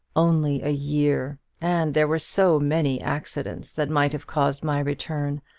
only a year! and there were so many accidents that might have caused my return.